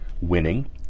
winning